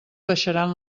baixaran